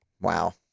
Wow